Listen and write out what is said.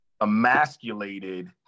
emasculated